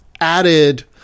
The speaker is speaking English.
added